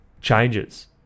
changes